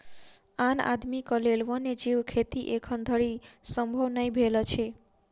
आम आदमीक लेल वन्य जीव खेती एखन धरि संभव नै भेल अछि